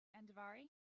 and davari.